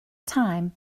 time